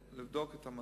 לבדוק את המצב,